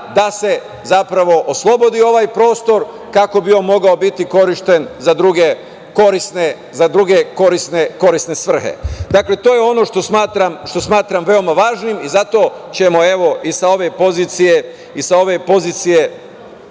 da se oslobodi ovaj prostor kako bi on mogao biti korišćen za druge korisne svrhe. Dakle, to je ono što smatram veoma važnim i zato ćemo i sa ove pozicije